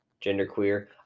genderqueer